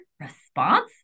response